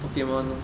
Pokemon lor